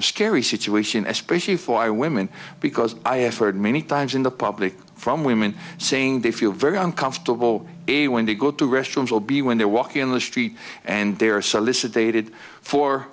scary situation especially for i women because i have heard many times in the public from women saying they feel very uncomfortable a when they go to restrooms will be when they're walking on the street and they're solicit dated for